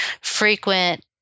frequent